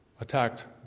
attacked